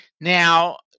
Now